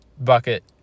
bucket